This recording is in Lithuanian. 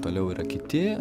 toliau yra kiti